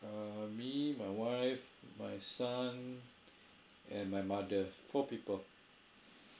err me, my wife, my son and my mother four people